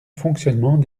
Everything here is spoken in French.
fonctionnement